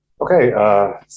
Okay